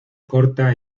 corta